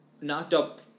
knocked-up